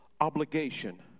obligation